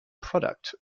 product